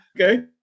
Okay